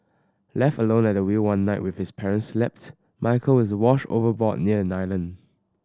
left alone at the wheel one night with his parents slept Michael is washed overboard near an island